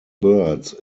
birds